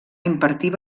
impartir